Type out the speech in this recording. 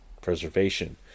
preservation